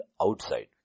outside